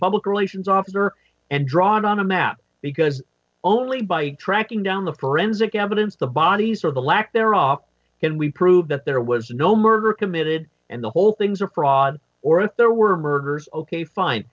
public relations officer and drawn on a map because only by tracking down the forensic evidence the bodies or the lack there oc can we prove that there was no murder committed and the whole thing's a prod or if there were murders ok fine